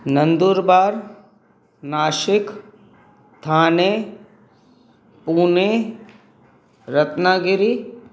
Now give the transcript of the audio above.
Nandurbar Nashik Thane Pune Ratnagiri